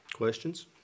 Questions